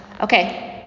Okay